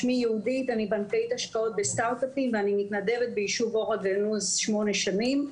בנקאית השקעות בסטרט-אפים ומתנדבת ביישוב אור הגנוז שמונה שנים.